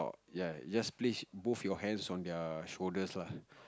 ya just place both your hands on their shoulders lah